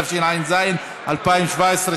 התשע"ז 2017,